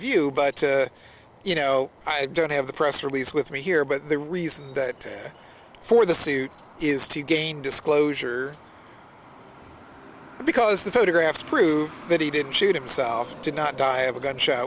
view but you know i don't have the press release with me here but the reason that for the suit is to gain disclosure because the photographs prove that he didn't shoot himself did not die of a gunsh